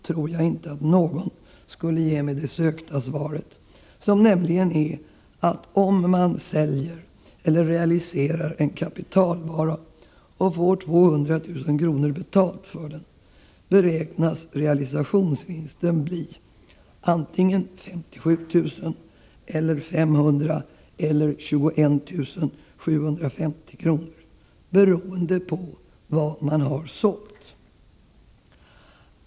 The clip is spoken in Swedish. tror jag inte någon skulle ge mig det sökta svaret, som nämligen är att om man säljer eller realiserar en kapitalvara och får 200 000 kr. betalt för den, beräknas realisationsvinsten bli antingen 57 000 eller 500 eller 21 750 kr., beroende på vad man har sålt.